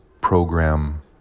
Program